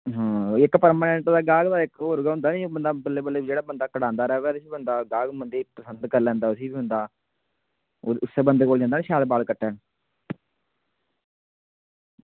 हां इक परमानेंट गाह्क दा इक होर गै होंदा नी कि बंदा बल्लें बल्लें जेह्ड़ा बंदा कटांदा र'वै ते उसी बंदा गाह्क बंदें गी पसंद करी लैंदा उसी बंदा उस्सै कोल जंदा नी शैल बाल कट्टै